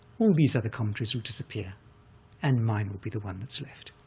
all these other commentaries will disappear and mine will be the one that's left,